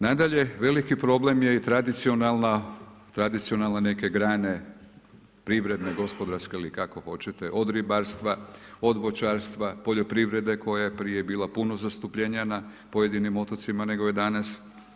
Nadalje, veliki problem je i tradicionalna, tradicionalno neke grane, privredne, gospodarske ili kako hoćete od ribarstva, od voćarstva, poljoprivrede koja je prije bilo puno zastupljenija na pojedinim otocima nego je danas.